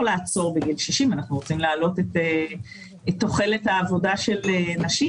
לעצור בגיל 60. אנחנו רוצים להעלות את תוחלת העבודה של נשים,